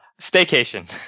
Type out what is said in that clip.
Staycation